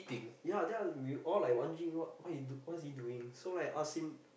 ya then after that we all like wandering what he what is he doing so like ask him